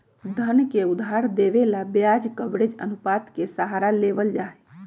धन के उधार देवे ला ब्याज कवरेज अनुपात के सहारा लेवल जाहई